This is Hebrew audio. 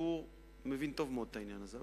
הציבור מבין טוב מאוד את העניין הזה,